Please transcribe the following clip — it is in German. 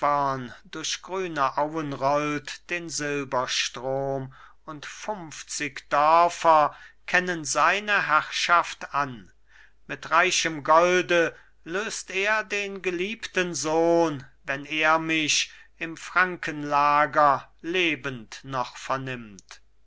durch grüne auen rollt den silberstrom und funfzig dörfer kennen seine herrschaft an mit reichem golde löst er den geliebten sohn wenn er mich im frankenlager lebend noch vernimmt